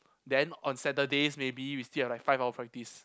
then on Saturdays maybe we still have like five hours practice